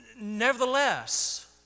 nevertheless